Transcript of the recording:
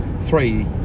three